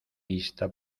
lista